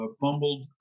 fumbled